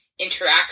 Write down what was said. interacts